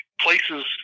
places